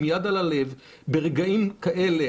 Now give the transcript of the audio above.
עם יד על הלב: ברגעים כאלה,